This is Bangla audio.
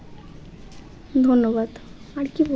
ধন্যবাদ আর কী বো